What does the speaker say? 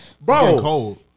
Bro